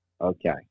Okay